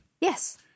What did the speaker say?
Yes